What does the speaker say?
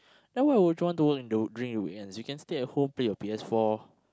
then why would want you want to work in the during the weekends you can stay at home play your P_S-four